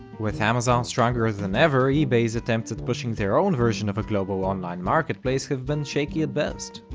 with amazon stronger than ever, ebay's attempts at pushing their own version of a global online marketplace have been shaky at best.